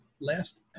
last